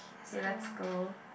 K let's go